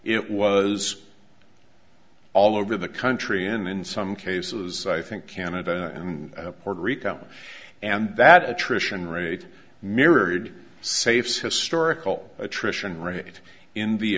it was all over the country and in some cases i think canada and puerto rico and that attrition rate mirrored safe's historical attrition rate in